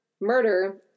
murder